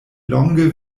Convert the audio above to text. longe